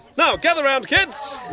now gather round, kids!